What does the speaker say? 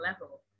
level